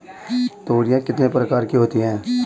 तोरियां कितने प्रकार की होती हैं?